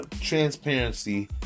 Transparency